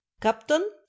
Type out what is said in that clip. captain